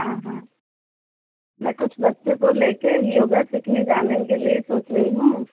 हाँ हाँ मैं कुछ बच्चों को लेकर योगा सीखने जाने के लिए सोच रही हूँ